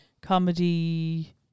comedy